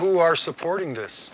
who are supporting this